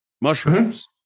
mushrooms